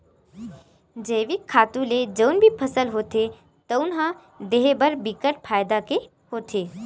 जइविक खातू ले जउन भी फसल होथे तउन ह देहे बर बिकट फायदा के होथे